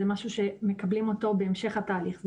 הוא משהו שמקבלים אותו בהמשך התהליך,